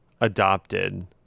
adopted